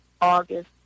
August